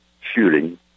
shooting